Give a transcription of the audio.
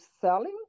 selling